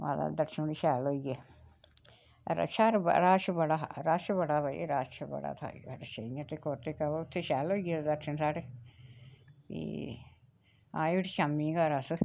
माता दे दर्शन बी शैल होई गे रशा हा बड़ा हा रश बड़ा हा रश बड़ा हा भई रश बड़ा था इ'यां ढको टक ओह् उत्थें शैल होई गे दर्शन साढ़े फ्ही आए उठी शामी घर अस